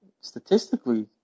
statistically